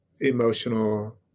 emotional